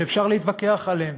שאפשר להתווכח עליהם,